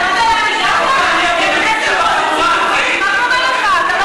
מה קורה לך, אתה לא